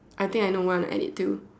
I think I know where I want to add it to